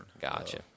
Gotcha